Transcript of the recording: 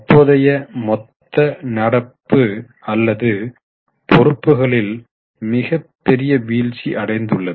தற்போதைய மொத்த நடப்பு அல்லாத பொறுப்புகளில் மிக பெரிய வீழ்ச்சி அடைந்துள்ளது